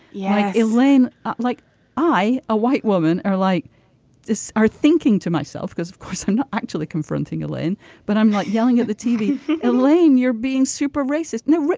yeah. elaine like i a white woman are like this are thinking to myself because of course ah i'm actually confronting elaine but i'm not yelling at the tv elaine you're being super racist no.